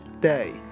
day